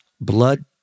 blood